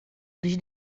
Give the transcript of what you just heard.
dos